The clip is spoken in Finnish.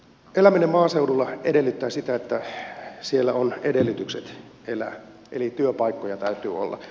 eläminen maaseudulla edellyttää sitä että siellä on edellytykset elää eli työpaikkoja täytyy olla